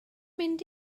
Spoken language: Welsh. mynd